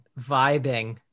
vibing